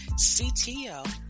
CTO